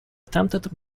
attempted